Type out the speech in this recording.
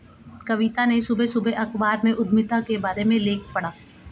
कविता ने सुबह सुबह अखबार में उधमिता के बारे में लेख पढ़ा